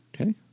Okay